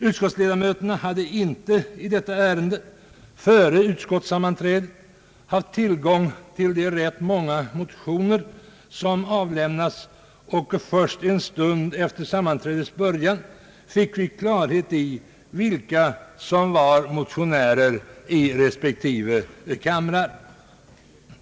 Utskottsledamöterna hade inte i detta ärende före utskottssammanträdet haft tillgång till de rätt många motioner som avlämnats, och först en stund efter sammanträdets början fick vi klarhet i vilka som var motionärer i respektive kamrar.